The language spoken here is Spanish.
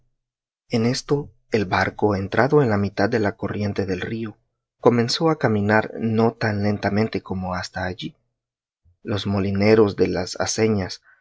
esto el barco entrado en la mitad de la corriente del río comenzó a caminar no tan lentamente como hasta allí los molineros de las aceñas